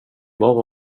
bara